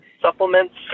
Supplements